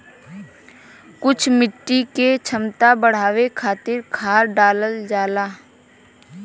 कुछ मिट्टी क क्षमता बढ़ावे खातिर खाद डालल जाला